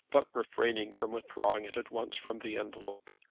but refraining from withdrawing it at once from the envelope.